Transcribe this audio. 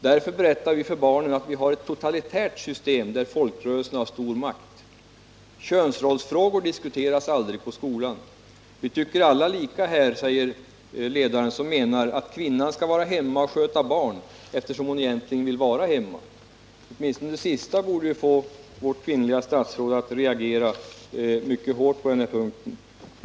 Därför berättar vi för barnen att vi har ett totalitärt system där folkrörelserna har stor makt. Könsrollsfrågor diskuteras aldrig på skolan. —- Vi tycker alla lika här”, säger ledaren, som ”menar att kvinnan skall vara hemma och sköta barn eftersom hon egentligen vill vara hemma”. Åtminstone det sista borde få vårt kvinnliga statsråd att reagera mycket hårt.